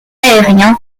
aérien